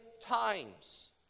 times